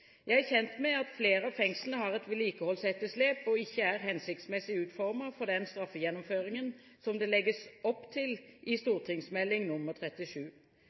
Jeg er kjent med at flere av fengslene har et vedlikeholdsetterslep og ikke er hensiktsmessig utformet for den straffegjennomføringen som det legges opp til i St.meld. nr. 37.